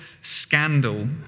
scandal